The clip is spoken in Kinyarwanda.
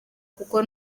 kuko